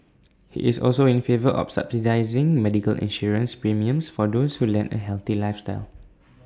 he is also in favour of subsidising medical insurance premiums for those who lead A healthy lifestyle